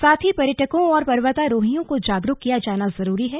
साथ ही पर्यटकों और पर्वतारोहियों को जागरूक किया जाना जरूरी है